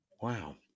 wow